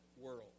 world